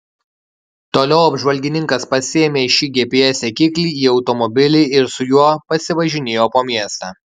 toliau apžvalgininkas pasiėmė šį gps sekiklį į automobilį ir su juo pasivažinėjo po miestą